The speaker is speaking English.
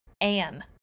Anne